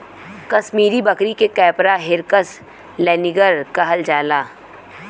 कसमीरी बकरी के Capra hircus laniger कहल जाला